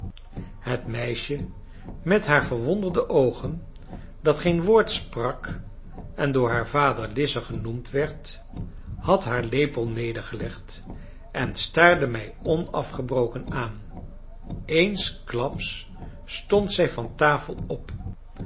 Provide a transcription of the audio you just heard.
het meisje met haar verwonderde oogen dat geen woord sprak en door haar vader lize genoemd werd had haar lepel nedergelegd en staarde mij onafgebroken aan eenklaps stond zij van tafel op